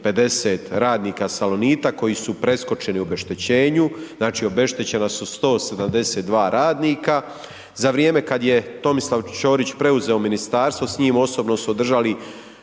radnika Salonita koji su preskočeni u obeštećenju. Znači obeštećena su 172 radnika. Za vrijeme kad je Tomislav Ćorić preuzeo ministarstvo s njim osobno su održali